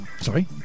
Sorry